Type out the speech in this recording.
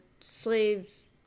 slave's